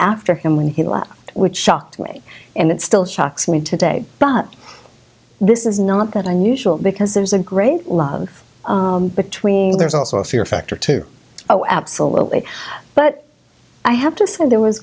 after him when he left which shocked way and it still shocks me today but this is not that unusual because there's a great love between there's also a fear factor too oh absolutely but i have to say there was